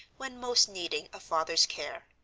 when most needing a father's care.